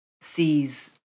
sees